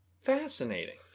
Fascinating